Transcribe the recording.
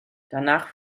danach